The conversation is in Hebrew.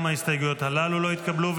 גם ההסתייגויות הללו לא התקבלו.